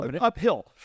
uphill